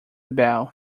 bell